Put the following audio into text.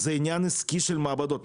זה עניין עסקי של המעבדות.